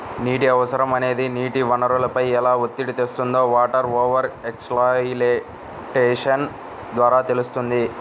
నీటి అవసరం అనేది నీటి వనరులపై ఎలా ఒత్తిడి తెస్తుందో వాటర్ ఓవర్ ఎక్స్ప్లాయిటేషన్ ద్వారా తెలుస్తుంది